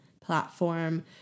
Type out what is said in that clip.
platform